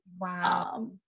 Wow